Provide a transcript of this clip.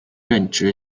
任职